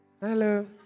Hello